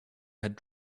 had